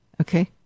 Okay